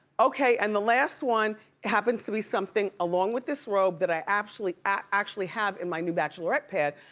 okay, and the last one happens to be something along with this robe that i actually actually have in my new bachelorette pad,